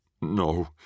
No